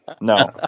No